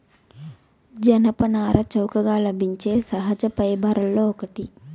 జనపనార చౌకగా లభించే సహజ ఫైబర్లలో ఒకటి